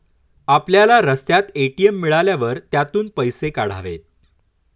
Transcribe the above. आपल्याला रस्त्यात ए.टी.एम मिळाल्यावर त्यातून पैसे काढावेत